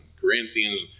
Corinthians